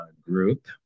group